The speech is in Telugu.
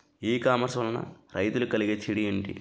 ఈ కామర్స్ వలన రైతులకి కలిగే చెడు ఎంటి?